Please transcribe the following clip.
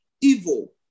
evil